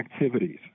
activities